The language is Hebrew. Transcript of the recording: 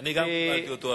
גם אני קיבלתי אותו,